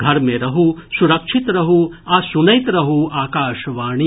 घर मे रहू सुरक्षित रहू आ सुनैत रहू आकाशवाणी